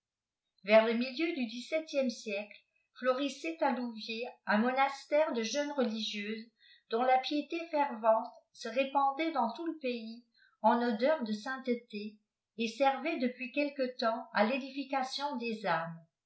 vers le milieu du ilii septième siècle florîssaît b louviêrs un monastère de jetines rehigîeusea donl la piété fervente se répaodau dans todt le paifs en odeur de saïdtecéj et servait depuis quelque temps a réïilicalion des âmes